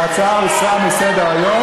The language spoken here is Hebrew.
ההצעה הוסרה מסדר-היום.